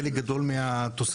חלק גדול מהתוספות